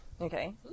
Okay